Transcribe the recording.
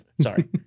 Sorry